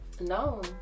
No